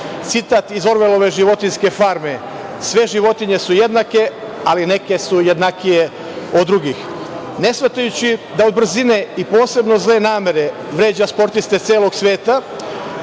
citat iz Orvelove životinjske farme „ Sve životinje su jednake, ali neke su jednakije od drugih“, ne shvatajući da od brzine i posebno zle namere, vređa sportiste celog sveta,